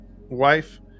wife